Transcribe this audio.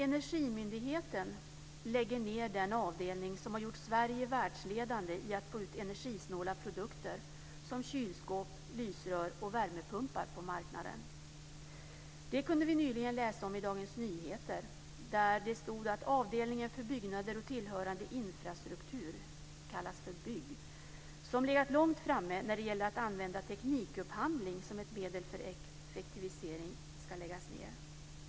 Energimyndigheten lägger ned den avdelning som har gjort Sverige världsledande i att få ut energisnåla produkter som kylskåp, lysrör och värmepumpar på marknaden. Det kunde vi nyligen läsa om i Dagens Nyheter. Där stod att avdelningen för byggnader och tillhörande infrastruktur, kallad för Bygg, som har legat långt framme med att använda teknikupphandling som ett medel för effektivisering ska läggas ned.